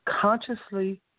consciously